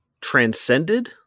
transcended